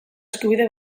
eskubide